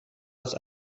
است